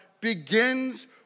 begins